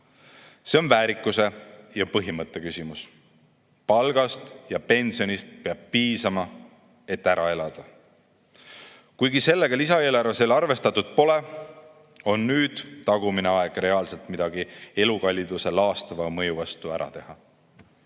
See on väärikuse ja põhimõtte küsimus. Palgast ja pensionist peab piisama, et ära elada. Kuigi sellega lisaeelarves jälle arvestatud pole, on nüüd tagumine aeg reaalselt midagi elukalliduse laastava mõju vastu ära